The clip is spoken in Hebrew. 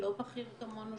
לא בכיר כמונו,